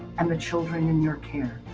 and the children in your care.